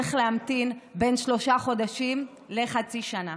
צריך להמתין בין שלושה חודשים לחצי שנה.